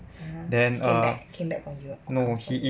(uh huh) came back came back from europe ah